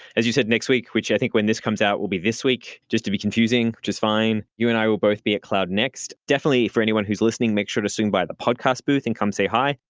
as you said next week, which i think when this comes out, will be this week, just to be confusing, which is fine. you and i will both be at cloud next. definitely for anyone who's listening, make sure to swing by the podcast booth and come say hi.